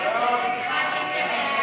נגד?